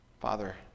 Father